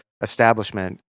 establishment